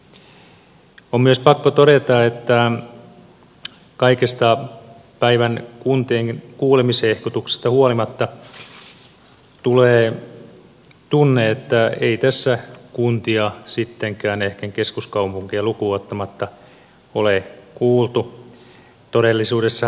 on myös pakko todeta että kaikista päivän kuntien kuulemishehkutuksista huolimatta tulee tunne että ei tässä kuntia sittenkään ehkä keskuskaupunkeja lukuun ottamatta ole kuultu